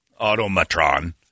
Automatron